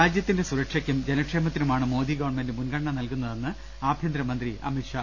രാജ്യത്തിന്റെ സുരക്ഷയ്ക്കും ജനക്ഷേമത്തിനുമാണ് മോദി ഗവൺമെന്റ് മുൻഗണന നൽകുന്നതെന്ന് ആഭ്യന്ത്രമന്ത്രി അമിത് ഷാ